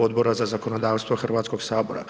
Odbora za zakonodavstvo HS.